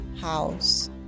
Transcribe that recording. house